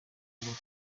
ubumwe